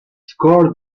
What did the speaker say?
scored